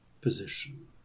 position